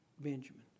Benjamin